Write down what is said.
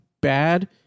bad